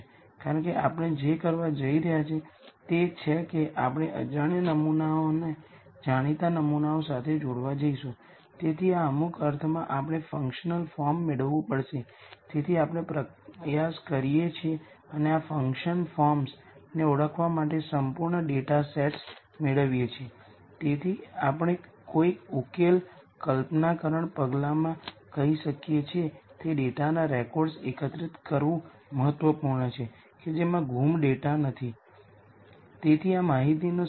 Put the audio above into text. તેથી હમણાં આપણે જે કરવા જઈ રહ્યા છીએ તે છે ડેટા સાયન્સ કોમ્પ્યુટેશન્સમાં સિમેટ્રિક મેટ્રિસિસના મહત્વને કારણે અમે આઇગન વેક્ટર અને કોલમ સ્પેસ વચ્ચે સિમેટ્રિક મેટ્રિક્સ માટે નલ સ્પેસ વચ્ચેના કન્નેકશનને જોશું